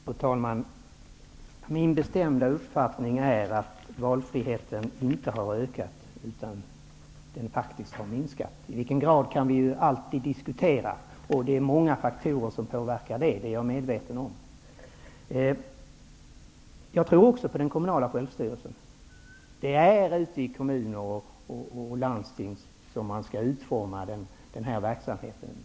Fru talman! Min bestämda uppfattning är att valfriheten inte har ökat. Den har faktiskt minskat. Vi kan alltid diskutera i vilken grad. Jag är medveten om att det är många faktorer som påverkar detta. Jag tror också på den kommunala självstyrelsen. Det är i kommuner och i landsting som denna verksamhet skall utformas.